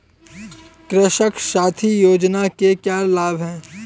कृषक साथी योजना के क्या लाभ हैं?